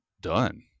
done